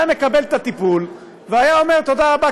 היה מקבל את הטיפול והיא אומר: תודה רבה,